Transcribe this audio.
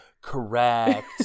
Correct